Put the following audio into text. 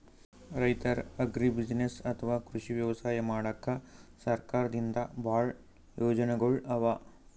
ರೈತರ್ ಅಗ್ರಿಬುಸಿನೆಸ್ಸ್ ಅಥವಾ ಕೃಷಿ ವ್ಯವಸಾಯ ಮಾಡಕ್ಕಾ ಸರ್ಕಾರದಿಂದಾ ಭಾಳ್ ಯೋಜನೆಗೊಳ್ ಅವಾ